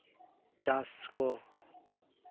ᱪᱟᱥ ᱠᱚ